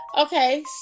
okay